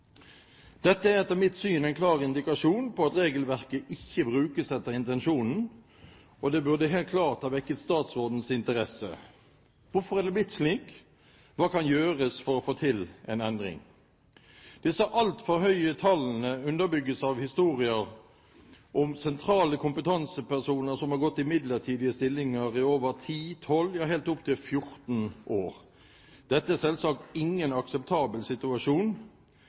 Dette er etter mitt syn en klar indikasjon på at regelverket ikke brukes etter intensjonen, og det burde helt klart ha vekket statsrådens interesse. Hvorfor er det blitt slik? Hva kan gjøres for å få til en endring? Disse altfor høye tallene underbygges av historier om sentrale kompetansepersoner som har gått i midlertidige stillinger i 10–12 år, ja helt opp til 14 år. Dette er selvsagt ingen akseptabel situasjon.